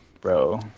Bro